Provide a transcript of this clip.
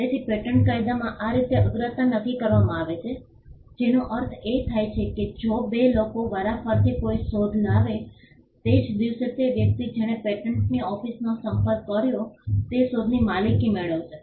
તેથી પેટન્ટ કાયદામાં આ રીતે અગ્રતા નક્કી કરવામાં આવે છે જેનો અર્થ એ થાય કે જો બે લોકો વારાફરતી કોઈ શોધ લાવે તે જ દિવસે તે વ્યક્તિ જેણે પેટન્ટની ઓફિસનો સંપર્ક કર્યો તે શોધની માલિકી મેળવશે